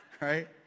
right